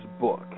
book